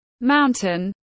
Mountain